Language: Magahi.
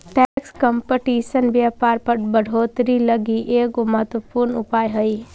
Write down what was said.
टैक्स कंपटीशन व्यापार बढ़ोतरी लगी एगो महत्वपूर्ण उपाय हई